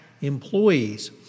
employees